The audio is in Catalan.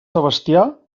sebastià